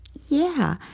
yeah,